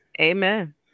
Amen